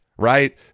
right